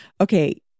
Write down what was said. okay